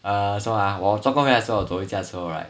uh 什么啊我做工回来的时候走回家的时候 right